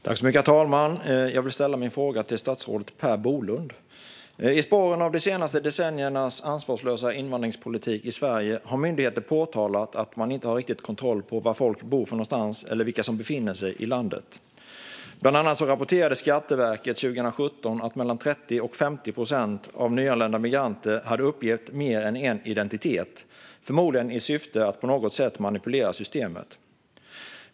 Herr talman! Jag vill ställa min fråga till statsrådet Per Bolund. I spåren av de senaste decenniernas ansvarslösa invandringspolitik i Sverige har myndigheter påtalat att man inte har riktig kontroll på var folk bor eller vilka som befinner sig i landet. Bland annat rapporterade Skatteverket 2017 att mellan 30 och 50 procent av nyanlända migranter hade uppgett mer än en identitet, förmodligen i syfte att på något sätt manipulera systemet.